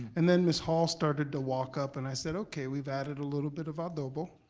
and then miss hall started to walk up and i said, okay, we've added a little bit of adobo,